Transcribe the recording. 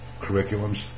curriculums